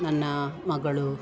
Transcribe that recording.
ನನ್ನ ಮಗಳು